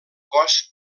cos